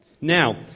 Now